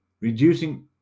reducing